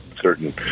certain